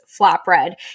flatbread